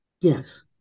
Yes